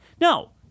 No